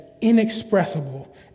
inexpressible